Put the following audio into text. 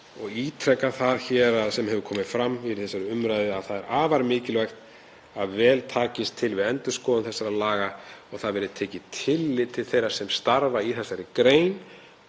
og ítreka það sem komið hefur fram í þessari umræðu að það er afar mikilvægt að vel takist til við endurskoðun þessara laga og að tekið verði tillit til þeirra sem starfa í þessari grein